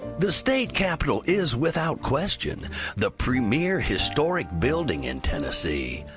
the state capitol is without question the premier historic building in tennessee,